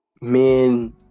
men